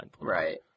right